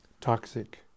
toxic